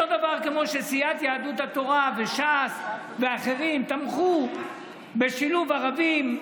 זה אותו דבר כמו שסיעת יהדות התורה וש"ס ואחרים תמכו בשילוב ערבים,